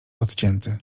odcięty